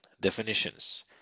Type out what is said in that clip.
definitions